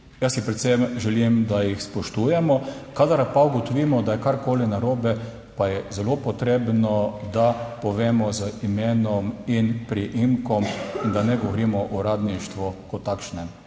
Jaz si predvsem želim, da jih spoštujemo. Kadar pa ugotovimo, da je karkoli narobe, pa je zelo potrebno, da povemo z imenom in priimkom in da ne govorimo o uradništvu kot takšnem.